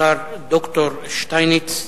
השר ד"ר יובל שטייניץ.